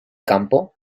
campo